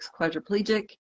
quadriplegic